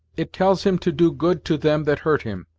it tells him to do good to them that hurt him,